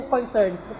concerns